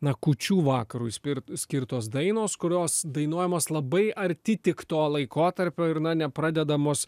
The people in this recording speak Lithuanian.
na kūčių vakarui spir skirtos dainos kurios dainuojamos labai arti tik to laikotarpio ir na nepradedamos